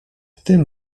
tym